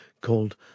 called